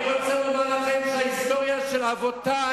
אני רוצה לומר לכם שההיסטוריה של אבותי